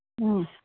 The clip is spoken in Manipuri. ꯎꯝ